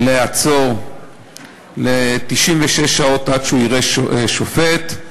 לעצור ל-96 שעות עד שהוא יראה שופט.